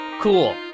cool